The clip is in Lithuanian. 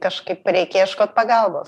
kažkaip reikia ieškot pagalbos